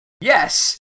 Yes